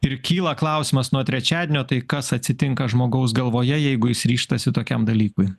ir kyla klausimas nuo trečiadienio tai kas atsitinka žmogaus galvoje jeigu jis ryžtasi tokiam dalykui